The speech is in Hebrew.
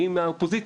אני מהאופוזיציה.